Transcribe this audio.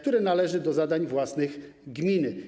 To należy do zadań własnych gminy.